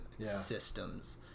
systems